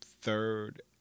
third